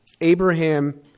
Abraham